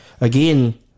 again